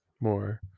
more